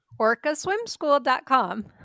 Orcaswimschool.com